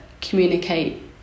communicate